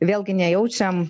vėlgi nejaučiam